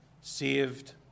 saved